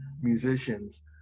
musicians